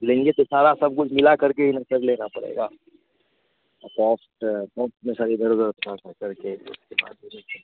लेंगे तो सारा सब कुछ मिलाकर के ही ना सर लेना पड़ेगा पचास थौक में सर इधर उधर थोड़ा सा करके उसके बाद में फिर